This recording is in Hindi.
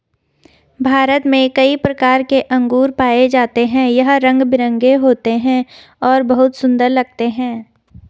भारत में कई प्रकार के अंगूर पाए जाते हैं यह रंग बिरंगे होते हैं और बहुत सुंदर लगते हैं